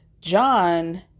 John